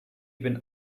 been